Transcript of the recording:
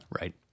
Right